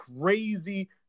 crazy